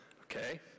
Okay